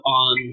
on